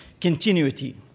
continuity